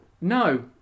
No